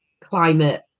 climate